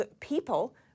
People